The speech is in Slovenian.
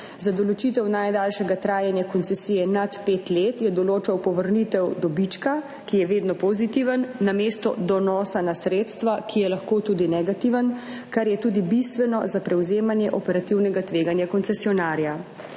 Za določitev najdaljšega trajanja koncesije nad pet let je določal povrnitev dobička, ki je vedno pozitiven, namesto donosa na sredstva, ki je lahko tudi negativen, kar je tudi bistveno za prevzemanje operativnega tveganja koncesionarja.